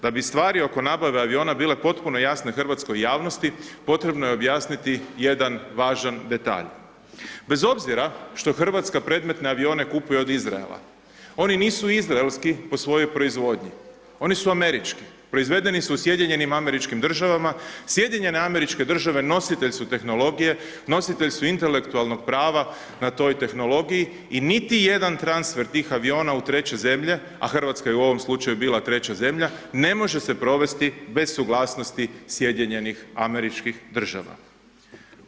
Da bi stvari oko nabave aviona, bile potpuno jasno hrvatskoj javnosti, potrebno je objasniti jedan važan detalj, bez obzira što Hrvatska predmetne avione kupuje od Izraela, oni nisu izraelski po svojoj proizvodnji, oni su američki, proizvedeni su u SAD-u, SAD nositelj su tehnologije, nositelj su intelektualnog prava na toj tehnologiji i niti jedan transfer tih aviona u treće zemlje, a Hrvatska je u ovom slučaju bila treća zemlja, ne može se provesti bez suglasnosti SAD-a.